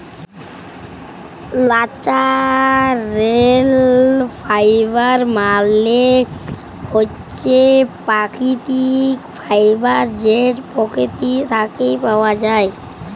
ল্যাচারেল ফাইবার মালে হছে পাকিতিক ফাইবার যেট পকিতি থ্যাইকে পাউয়া যায়